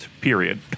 period